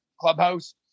clubhouse